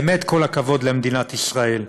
באמת כל הכבוד למדינת ישראל.